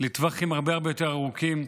לטווחים הרבה הרבה יותר ארוכים,